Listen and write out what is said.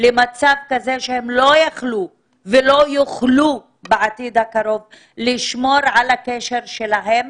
למצב כזה שהם לא יכלו ולא יוכלו בעתיד הקרוב לשמור על הקשר שלהם